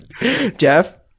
Jeff